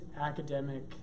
academic